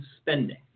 spending